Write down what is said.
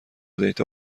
دیتا